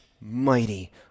mighty